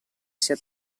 sia